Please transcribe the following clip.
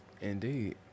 Indeed